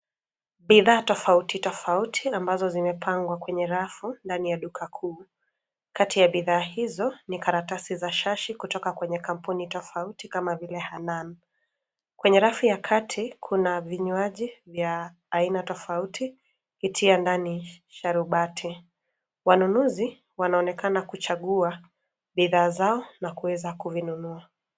Bidhaa tofauti tofauti ambazo zimepangwa kwenye rafu, ndani ya duka kuu, kati ya bidhaa hizo, ni karatasi za shashi kutoka kwenye kampuni tofauti kama vile Hanan , kwenye rafu ya kati kuna vinywaji, vya, aina tofauti, itia ndani, sharubati, wanunuzi, wanaonekana kuchagua, bidhaa zao na kuweza kuvinunua.